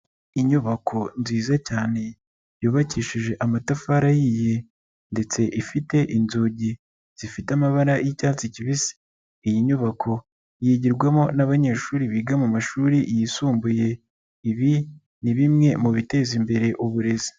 Inyubako nziza cyane ,yubakishije amatafari ahiye ndetse ifite inzugi zifite amabara y'icyatsi kibisi. Iyi nyubako yigirwamo n'abanyeshuri biga mu mashuri yisumbuye. Ibi ni bimwe mu biteza imbere uburezi.